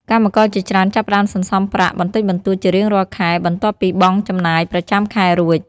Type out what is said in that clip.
កម្មករជាច្រើនចាប់ផ្តើមសន្សំប្រាក់បន្តិចបន្តួចជារៀងរាល់ខែ បន្ទាប់ពីបង់ចំណាយប្រចាំខែរួច។